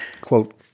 Quote